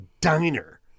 diner